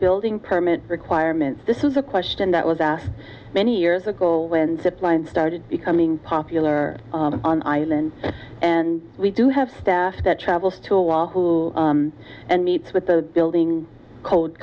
building permit requirements this is a question that was asked many years ago when suppliant started becoming popular on island and we do have staff that travels to la who and meet with the building code